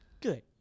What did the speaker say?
Good